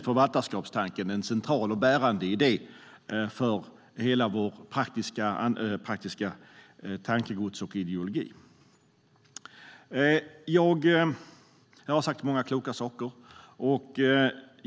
Förvaltarskapstanken är en central och bärande idé för hela Kristdemokraternas praktiska tankegods och ideologi. Det har sagts många kloka saker.